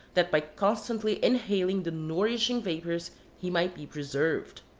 that by constantly inhaling the nourishing vapours he might be pre served.